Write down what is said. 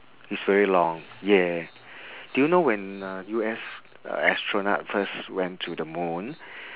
it's very long yeah do you know when uh U_S astronaut first went to the moon